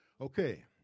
Okay